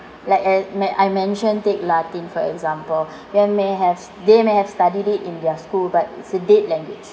like I me~ I mentioned take latin for example they may have they may have studied it in their school but it's a dead language